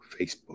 Facebook